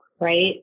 right